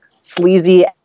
sleazy